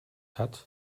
hat